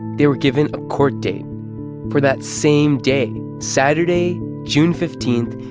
they were given a court date for that same day saturday, june fifteen,